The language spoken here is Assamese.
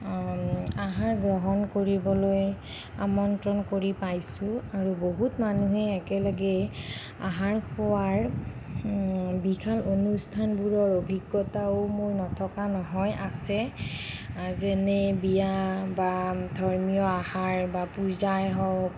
আহাৰ গ্ৰহণ কৰিবলৈ আমন্ত্ৰণ কৰি পাইছোঁ আৰু বহুত মানুহে একেলগে আহাৰ খোৱাৰ বিশাল অনুষ্ঠানবোৰৰ অভিজ্ঞতাও মোৰ নথকা নহয় আছে যেনে বিয়া বা ধৰ্মীয় আহাৰ বা পূজাই হওঁক